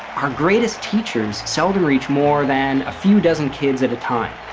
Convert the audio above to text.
our greatest teachers seldom reach more than a few dozen kids at a time,